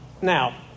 Now